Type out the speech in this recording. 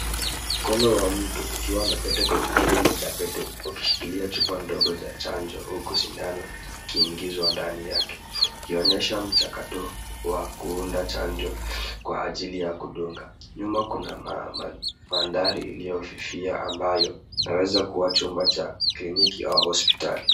Mkono wa mtu ukiwa na pete kwenye kidole cha pete ukishikilia chupa ndogo cha chanjo huku sindano ikiingizwa ndani yake ikionyesha mchakato wa kuunda chanjo kwa ajili ya kudunga. Nyuma kuna mandhari iliyofifia ambayo inaweza kuwa chumba cha kliniki au hospitali.